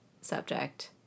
subject